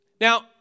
Now